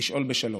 לשאול בשלום.